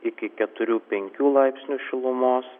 iki keturių penkių laipsnių šilumos